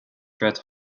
fred